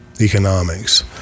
economics